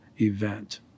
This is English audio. event